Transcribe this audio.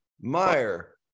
Meyer